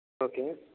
okay